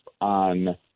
on